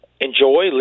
enjoy